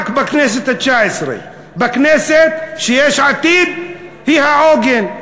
רק בכנסת התשע-עשרה, בכנסת שיש עתיד היא העוגן.